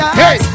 hey